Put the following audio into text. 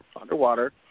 underwater